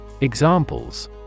Examples